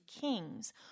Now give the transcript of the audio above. kings